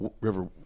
river